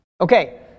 Okay